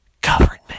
government